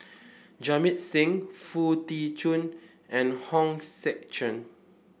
Jamit Singh Foo Tee Jun and Hong Sek Chern